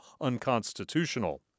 unconstitutional